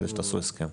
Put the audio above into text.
כדי שתעשו הסכם.